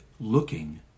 looking